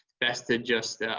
best to just